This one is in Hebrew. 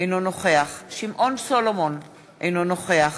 אינו נוכח שמעון סולומון, אינו נוכח